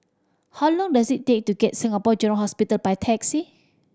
how long does it take to get Singapore General Hospital by taxi